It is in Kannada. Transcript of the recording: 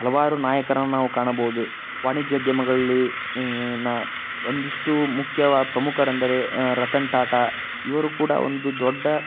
ಹಲವಾರು ನಾಯಕರನ್ನು ನಾವು ಕಾಣಬೋದು ವಾಣಿಜ್ಯೋದ್ಯಮಗಳಲ್ಲಿ ನ ಒಂದಿಷ್ಟು ಮುಖ್ಯ ವ ಪ್ರಮುಖರೆಂದರೆ ರತನ್ ಟಾಟಾ ಇವರು ಕೂಡ ಒಂದು ದೊಡ್ಡ